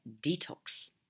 detox